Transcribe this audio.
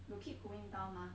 will keep going down mah